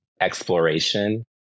exploration